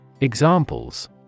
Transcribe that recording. Examples